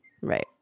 Right